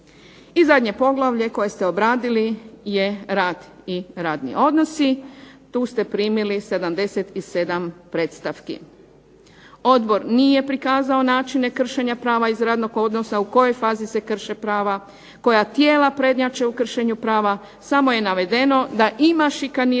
I zadnje poglavlje koje ste obradili je rad i radni odnosi. Tu ste primili 77 predstavki. Odbor nije prikazao načine kršenja prava iz radnog odnosa, u kojoj fazi se krše prave, koja tijela prednjače u kršenju prava, samo je navedeno da ima šikaniranja